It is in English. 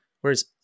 Whereas